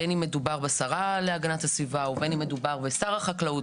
בין אם מדובר בשרה להגנת הסביבה או בין אם מדובר בשר החקלאות,